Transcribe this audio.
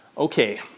Okay